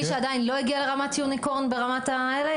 אני אומר כמו --- שמי שעדיין לא הגיע לרמת יוניקורן ברמת האלה,